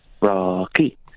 Rocky